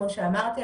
כמו שאמרתי.